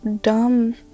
dumb